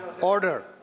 Order